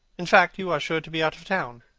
in fact, you are sure to be out of town.